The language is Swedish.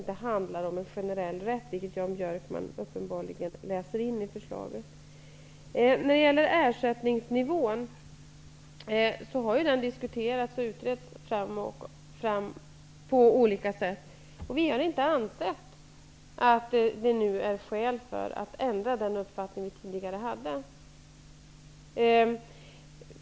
Herr talman! Det förslag vi har lagt fram innebär att man skall ha entreprenader inom vissa särskilt angivna delar av gymnasieskolans utbildningar -- inte inom all utbildning. Det finns möjlighet för regeringen att, när det finns särskilda skäl, medge entreprenad utöver detta. Som exempel på vad man kan tänka sig tar vi upp hemspråk. Jag tycker att det i texter och i formuleringar ganska tydligt markeras att det inte handlar om en generell rätt, vilket Jan Björkman uppenbarligen läser in i förslaget. Frågan om ersättningsnivån har diskuterats och utretts på olika sätt. Vi har inte ansett att det nu finns skäl för att ändra den uppfattning vi tidigare hade.